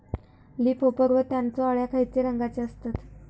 Leaf hopper व त्यानचो अळ्या खैचे रंगाचे असतत?